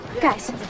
Guys